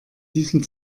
diesem